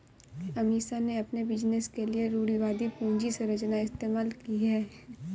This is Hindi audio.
अमीषा ने अपने बिजनेस के लिए रूढ़िवादी पूंजी संरचना इस्तेमाल की है